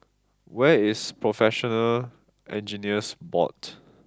where is Professional Engineers Board